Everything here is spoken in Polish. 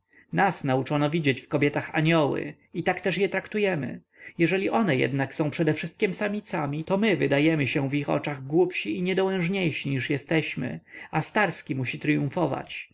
nas nauczono widzieć w kobietach anioły i tak też je traktujemy jeżeli one jednak są przedewszystkiem samicami to my wydajemy się w ich oczach głupsi i niedołężniejsi niż jesteśmy a starski musi tryumfować ten